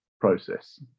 process